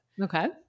Okay